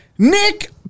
nick